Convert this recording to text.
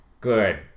Good